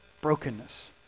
brokenness